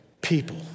people